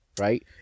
right